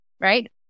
right